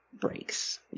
breaks